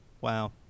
wow